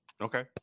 okay